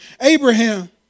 Abraham